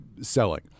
selling